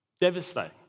Devastating